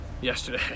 yesterday